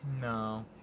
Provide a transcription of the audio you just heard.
no